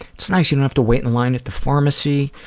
it's nice you don't have to wait in line at the pharmacy,